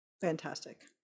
Fantastic